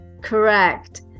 Correct